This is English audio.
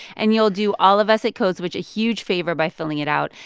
and you'll do all of us at code switch a huge favor by filling it out.